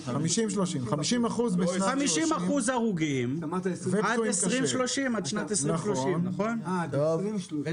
50% הרוגים עד שנת 2030. זה